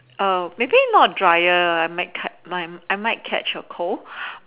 um maybe not dryer I might cut my I might catch a cold